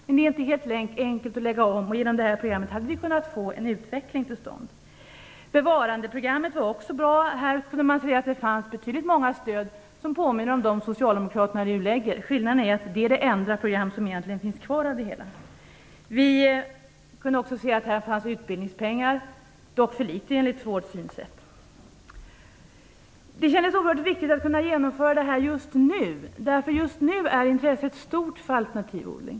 Men det är inte helt enkelt att lägga om, men genom det här programmet hade vi kunnat få en utveckling till stånd. Bevarandeprogrammet var också bra. Här fanns det många stöd som påminner om dem som socialdemokraterna nu lägger fram förslag om. Skillnaden är att det är det enda program som egentligen finns kvar. Här fanns också utbildningspengar, dock för litet enligt vårt synsätt. Det kändes oerhört viktigt med ett genomförande just nu, därför att just nu är intresset stort för alternativodling.